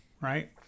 right